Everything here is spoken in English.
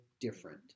different